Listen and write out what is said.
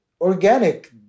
organic